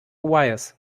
wires